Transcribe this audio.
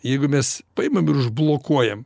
jeigu mes paimam ir užblokuojam